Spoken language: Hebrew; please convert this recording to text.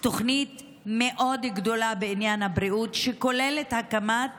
תוכנית מאוד גדולה בעניין הבריאות, שכוללת הקמת